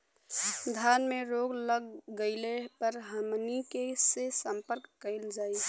धान में रोग लग गईला पर हमनी के से संपर्क कईल जाई?